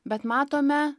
bet matome